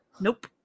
Nope